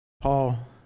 Paul